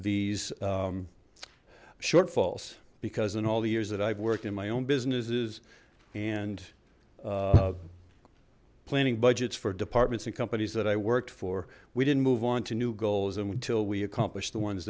these shortfalls because in all the years that i've worked in my own businesses and planning budgets for departments and companies that i worked for we didn't move on to new goals and until we accomplished the ones